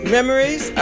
Memories